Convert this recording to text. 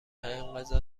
انقضا